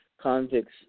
convicts